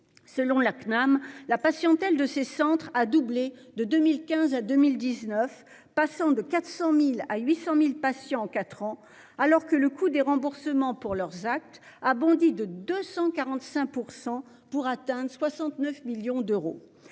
selon la CNAM, la patiente elle de ces centres a doublé de 2015 à 2019 passant de 400.000 à 800.000 patients. En 4 ans alors que le coût des remboursements pour leurs actes a bondi de 245% pour atteindre 69 millions d'euros